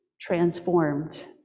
transformed